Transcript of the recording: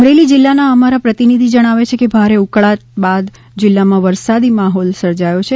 અમરેલી જિલ્લાના અમારા પ્રતિનિધિ જણાવે છે કે ભારે ઉકળાટ બાદ જિલ્લામાં વરસાદી માહોલ સર્જાયો છે